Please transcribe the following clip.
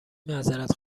معذرت